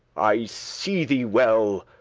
i see thee well,